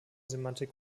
semantik